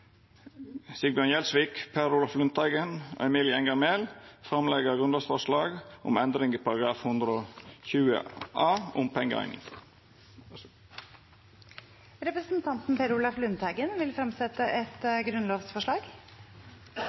Sigbjørn Gjelsvik, Per Olaf Lundteigen, Emilie Enger Mehl og meg sjølv legg eg fram eit grunnlovsforslag om endring i § 120 a, om pengeeining. Representanten Per Olaf Lundteigen vil fremsette et grunnlovsforslag.